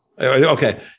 okay